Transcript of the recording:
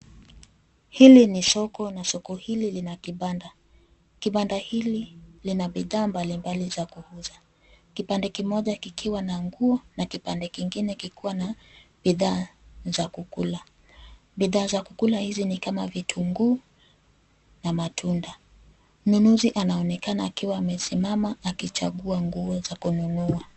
Hili ni soko na soko hili lina kibanda. Kibanda hili lina bidhaa mbalimbali za kuuza kipande kimoja kikiwa na nguo na kipande kingine kikuwa na bidhaa za kukula, bidhaa za kukula hizi ni kama kitunguu na matunda. Mnunuzi anaonekana akiwa amesimama akichagua nguo za kununua.